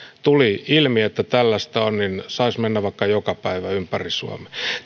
tuli ilmi että tällaista on niin saisi mennä vaikka joka päivä ympäri suomen